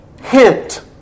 hint